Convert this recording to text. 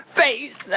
face